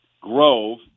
Grove